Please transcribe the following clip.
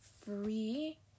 free